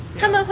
ya